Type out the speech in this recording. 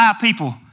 people